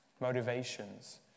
motivations